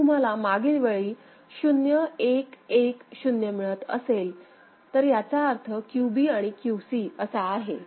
जर तुम्हाला मागील वेळी 0110 मिळत असेल याचा अर्थ QB आणि QC असा आहे